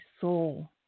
soul